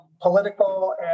political